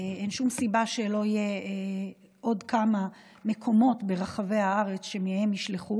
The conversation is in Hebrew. אין שום סיבה שלא יהיו עוד כמה מקומות ברחבי הארץ שמהם ישלחו.